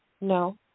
No